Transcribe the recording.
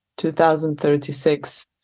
2036